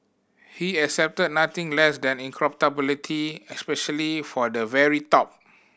he accepted nothing less than incorruptibility especially for the very top